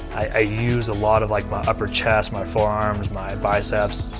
i use a lot of like my upper chest my forearms, my biceps.